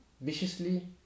Viciously